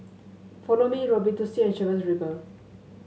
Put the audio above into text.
Follow Me Robitussin and Chivas Regal